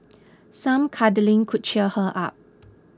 some cuddling could cheer her up